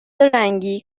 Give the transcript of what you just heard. رنگی